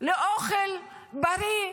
לאוכל בריא.